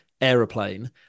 aeroplane